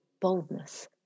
boldness